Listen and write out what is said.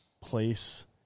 place